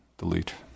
delete